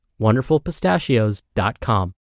WonderfulPistachios.com